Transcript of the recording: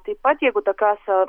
taip pat jeigu tokios